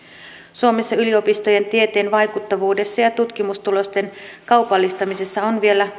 suomessa yliopistojen tieteen vaikuttavuudessa ja tutkimustulosten kaupallistamisessa on vielä